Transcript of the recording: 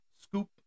Scoop